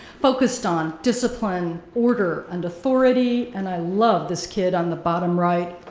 focused on discipline, order and authority and, i love this kid on the bottom right.